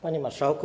Panie Marszałku!